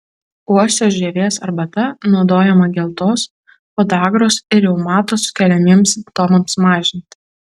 uosio žievės arbata naudojama geltos podagros ir reumato sukeliamiems simptomams mažinti